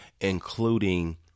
including